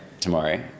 tomorrow